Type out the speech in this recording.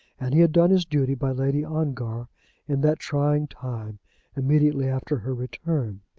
and he had done his duty by lady ongar in that trying time immediately after her return.